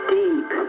deep